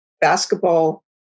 basketball